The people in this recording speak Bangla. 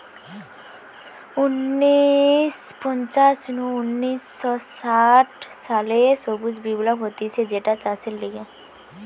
উনিশ শ পঞ্চাশ নু উনিশ শ ষাট সালে সবুজ বিপ্লব হতিছে যেটা চাষের লিগে